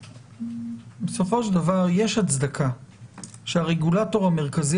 בסופו של דבר יש הצדקה שהרגולטור המרכזי